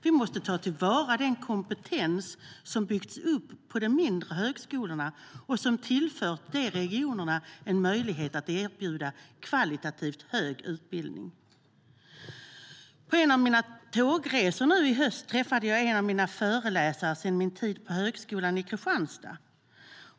Vi måste ta till vara den kompetens som byggts upp på de mindre högskolorna och som tillfört regionerna en möjlighet att erbjuda kvalitativt hög utbildning. På en av mina tågresor under hösten träffade jag en av mina föreläsare från min tid på högskolan i Kristianstad.